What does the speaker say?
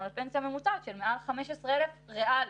לפנסיה ממוצעת של מעל 15,000 ש"ח ריאלי.